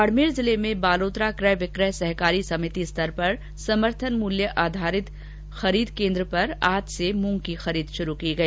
बाड़मेर जिले में बालोतरा कय विकय सहकारी समिति स्तर पर समर्थन मूल्य आधारित कय केन्द्र पर आज से मूंग की खरीद शुरू की गई